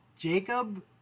Jacob